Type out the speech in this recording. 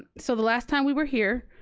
so the last time we were here,